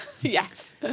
Yes